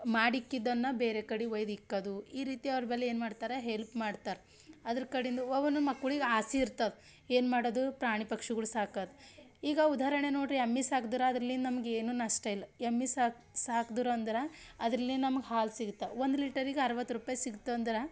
ಮಾಡಿಕ್ಕಿದ್ದನ್ನು ಬೇರೆ ಕಡೆ ಒಯ್ದು ಇಕ್ಕೋದು ಈ ರೀತಿ ಅವ್ರ ಬಳಿ ಏನು ಮಾಡ್ತಾರೆ ಹೆಲ್ಪ್ ಮಾಡ್ತಾರೆ ಅದ್ರ ಕಡಿಂದು ಒಂದೊಂದು ಮಕ್ಳಿಗೆ ಆಸೆ ಇರ್ತದೆ ಏನು ಮಾಡೋದು ಪ್ರಾಣಿ ಪಕ್ಷಿಗಳು ಸಾಕೋದ್ ಈಗ ಉದಾಹರಣೆ ನೋಡಿರಿ ಎಮ್ಮೆ ಸಾಕ್ದರೆ ಅದರ್ಲಿನ್ ನಮ್ಗೆ ಏನು ನಷ್ಟ ಇಲ್ಲ ಎಮ್ಮೆ ಸಾಕಿ ಸಾಕ್ದರು ಅಂದ್ರೆ ಅದರಲ್ಲಿ ನಮ್ಗೆ ಹಾಲು ಸಿಗತ್ತೆ ಒಂದು ಲೀಟರಿಗೆ ಅರ್ವತ್ತು ರೂಪಾಯಿ ಸಿಕ್ತು ಅಂದ್ರೆ